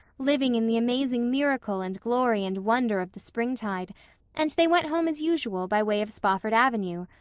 living in the amazing miracle and glory and wonder of the springtide and they went home as usual, by way of spofford avenue,